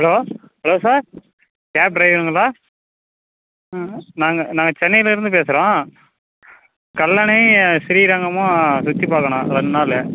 hello hello sir cab டிரைவருங்களா ம் நாங்கள் நாங்கள் சென்னைலேருந்து பேசுகிறோம் கல்லணை ஸ்ரீரங்கமும் சுற்றி பார்க்கணும் ரெண்டு நாள்